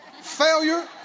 failure